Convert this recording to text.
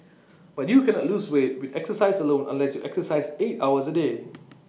but you cannot lose weight with exercise alone unless you exercise eight hours A day